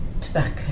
tobacco